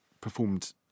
performed